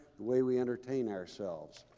the way we entertain ourselves.